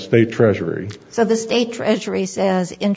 state treasury so the state treasury says in